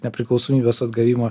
nepriklausomybės atgavimo